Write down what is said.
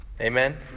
amen